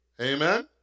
Amen